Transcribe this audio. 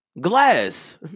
glass